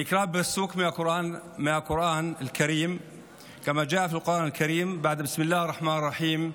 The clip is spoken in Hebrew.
אני אקרא פסוק מהקוראן (אומר דברים בשפה ערבית,